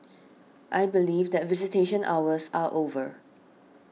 I believe that visitation hours are over